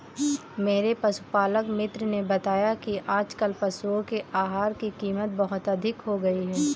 मेरे पशुपालक मित्र ने बताया कि आजकल पशुओं के आहार की कीमत बहुत अधिक हो गई है